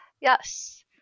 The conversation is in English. Yes